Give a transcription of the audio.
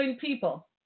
people